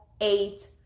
eight